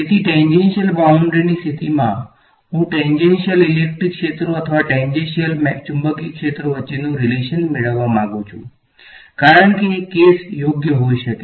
તેથી ટેન્જેન્શિયલ બાઉંડ્રીની સ્થિતિમાં હું ટેન્જેન્શિયલ ઇલેક્ટ્રિક ક્ષેત્રો અથવા ટેન્જેન્શિયલ ચુંબકીય ક્ષેત્રો વચ્ચેનો રીલેશન મેળવવા માંગુ છું કારણ કે કેસ યોગ્ય હોઈ શકે